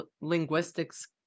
linguistics